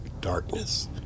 darkness